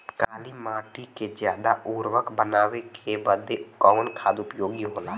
काली माटी के ज्यादा उर्वरक बनावे के बदे कवन खाद उपयोगी होला?